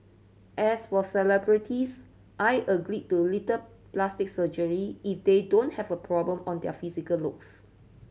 as for celebrities I agree to little plastic surgery if they don't have a problem on their physical looks